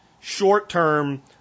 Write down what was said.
short-term